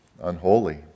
unholy